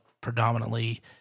predominantly